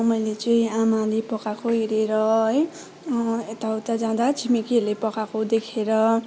मैले चाहिँ आमाले पकाएको हेरेर है यताउति जादा छिमेकीहरूले पकाएको देखेर